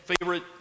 favorite